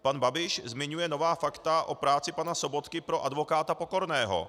Pan Babiš zmiňuje nová fakta o práci pana Sobotky pro advokáta Pokorného.